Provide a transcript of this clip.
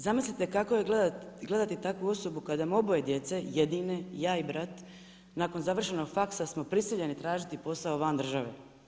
Zamislite kako je gledati takvu osobu kad vam oboje djece jedine, ja i brat, nakon završenog faksa smo prisiljeni tražiti posao van države.